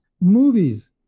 movies